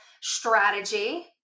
strategy